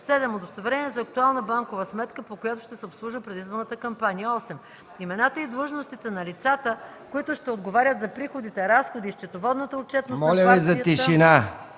7. удостоверение за актуална банкова сметка, по която ще се обслужва предизборната кампания; 8. имената и длъжностите на лицата, които ще отговарят за приходите, разходите и счетоводната отчетност на партията,